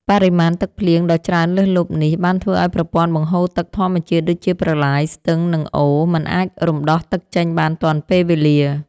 បរិមាណទឹកភ្លៀងដ៏ច្រើនលើសលប់នេះ បានធ្វើឱ្យប្រព័ន្ធបង្ហូរទឹកធម្មជាតិ ដូចជាប្រឡាយ ស្ទឹង និងអូរ មិនអាចរំដោះទឹកចេញបានទាន់ពេលវេលា។